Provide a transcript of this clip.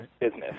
business